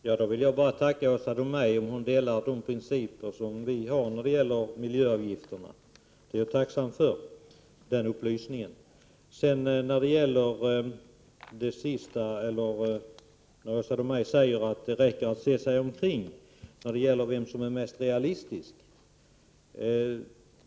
Herr talman! Jag vill bara tacka Åsa Domeij om hon delar våra principer när det gäller miljöavgifterna. Jag är tacksam för hennes upplysningar på den punkten. Åsa Domeij säger vidare att det räcker att se sig omkring för att komma fram till vem som är mest realistisk.